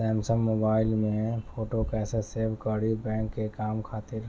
Samsung mobile में photo कैसे save करीं बैंक के काम खातिर?